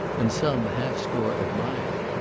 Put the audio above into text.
and some half-score admire,